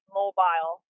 mobile